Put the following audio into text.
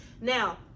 now